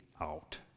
out